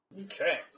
Okay